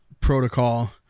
protocol